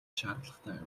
шаардлагатай